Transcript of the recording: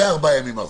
וארבעה ימים אחרונים.